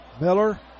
Miller